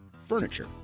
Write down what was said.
furniture